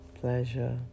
pleasure